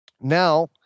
Now